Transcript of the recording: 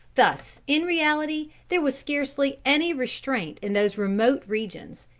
thus, in reality, there was scarcely any restraint in those remote regions,